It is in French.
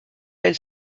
elle